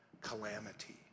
calamity